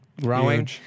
growing